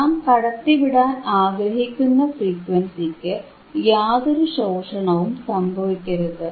നാം കടത്തിവിടാൻ ആഗ്രഹിക്കുന്ന ഫ്രീക്വൻസിക്ക് യാതൊരു ശോഷണവും സംഭവിക്കരുത്